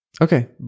Okay